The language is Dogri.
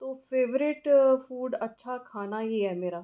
ते फेवरट फूड अच्छा खाना ही ऐ